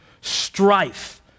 Strife